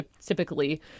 typically